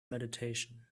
meditation